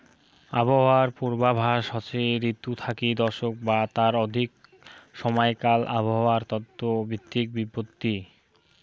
আবহাওয়ার পূর্বাভাস হসে ঋতু থাকি দশক বা তার অধিক সমাইকাল আবহাওয়ার তত্ত্ব ভিত্তিক বিবৃতি